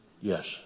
Yes